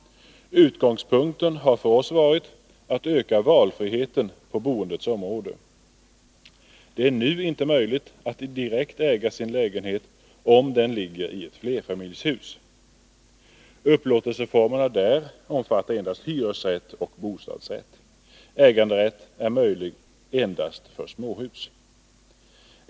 Utgångspunkten har för oss varit att öka valfriheten på boendets område. Det är nu inte möjligt att direkt äga sin lägenhet om den ligger i ett flerfamiljshus. Upplåtelseformerna där omfattar endast hyresrätt och bostadsrätt. Äganderätt är möjlig endast för småhus.